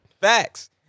facts